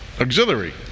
auxiliary